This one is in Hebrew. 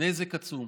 נזק עצום,